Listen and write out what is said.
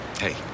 Hey